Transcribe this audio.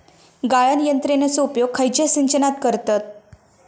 गाळण यंत्रनेचो उपयोग खयच्या सिंचनात करतत?